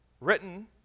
written